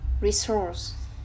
resource